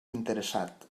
interessat